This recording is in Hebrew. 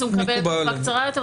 אז הוא מקבל לתקופה קצרה יותר,